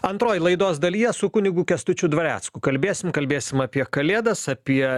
antroj laidos dalyje su kunigu kęstučiu dvarecku kalbėsim kalbėsim apie kalėdas apie